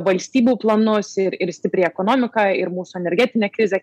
valstybių planus ir ir stipriai ekonomiką ir mūsų energetinę krizę